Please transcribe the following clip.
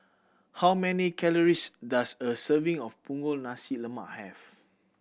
how many calories does a serving of Punggol Nasi Lemak have